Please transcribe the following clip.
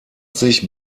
sich